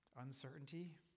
uncertainty